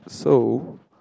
so